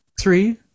three